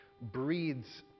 breeds